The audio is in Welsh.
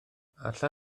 alla